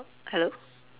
hello